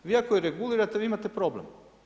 Iako ju regulirate, vi imate problem.